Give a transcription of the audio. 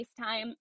FaceTime